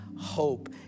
hope